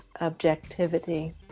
objectivity